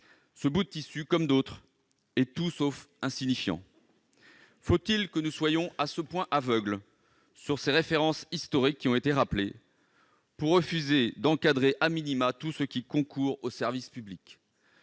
Ce bout de tissu, comme d'autres, est tout sauf insignifiant. Faut-il que nous soyons à ce point aveugles, face aux références historiques qui ont été rappelées, pour refuser d'encadrer tout ce qui concourt au service public ?